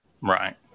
right